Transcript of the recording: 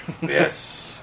Yes